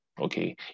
Okay